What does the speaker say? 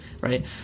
right